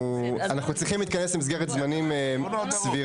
אנחנו צריכים להתכנס למסגרת זמנים סבירה.